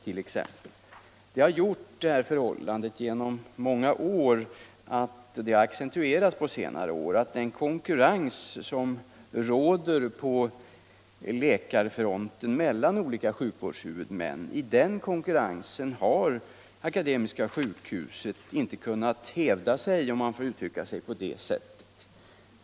Akademiska sjukhuset har därigenom inte kunnat hävda sig - om man får uttrycka sig på det sättet - i den konkurrens mellan olika sjukvårdshuvudmän som råder på läkarfronten, ett förhållande som förelegat i många år och som på senare år har accentuerats.